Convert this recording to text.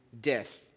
death